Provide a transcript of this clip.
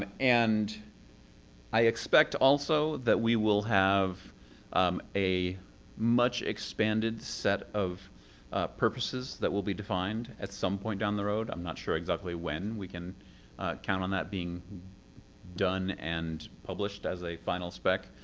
and and i expect also that we will have um a much expanded set of purposes that will be defined at some point down the road. i'm not sure exactly when we can count on that being done and published as a final spec.